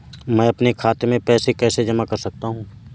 मैं अपने खाते में पैसे कैसे जमा कर सकता हूँ?